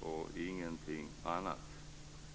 och ingenting annat.